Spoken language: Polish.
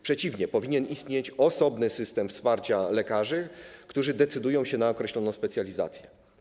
Przeciwnie, powinien istnieć osoby system wsparcia lekarzy, którzy decydują się na określoną specjalizację.